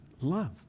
love